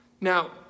Now